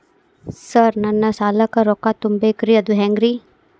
Sir ನನ್ನ ಸಾಲಕ್ಕ ರೊಕ್ಕ ತುಂಬೇಕ್ರಿ ಅದು ಹೆಂಗ್ರಿ?